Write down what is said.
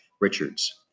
Richards